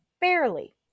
Barely